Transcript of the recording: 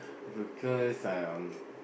because um